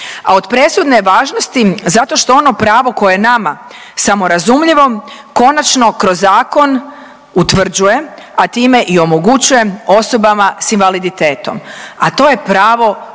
a od presudne je važnosti zato što ono pravo koje je nama samorazumljivo konačno kroz zakon utvrđuje, a time i omogućuje osobama s invaliditetom, a to je pravo